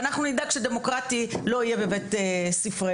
ואנחנו נדאג שדמוקרטי לא יהיה בבית ספרנו.